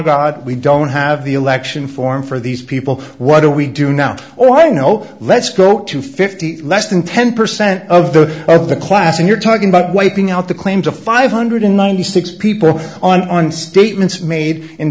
god we don't have the election form for these people what do we do now all i know let's go to fifty less than ten percent of the of the class and you're talking about wiping out the claim to five hundred and ninety six dollars people on statements made in